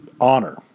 honor